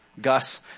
Gus